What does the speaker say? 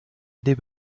des